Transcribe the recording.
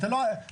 תודה רבה.